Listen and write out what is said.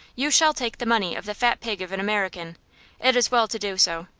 you shall take the money of the fat pig of an american it is well to do so.